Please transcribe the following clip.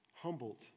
Humbled